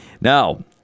Now